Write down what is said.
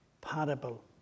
parable